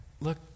look